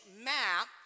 map